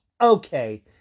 okay